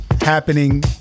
happening